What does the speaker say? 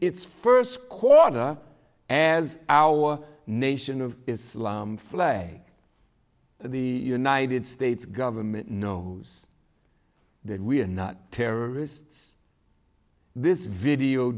its first quarter as our nation of islam flay the united states government knows that we are not terrorists this video